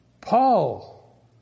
Paul